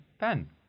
Ben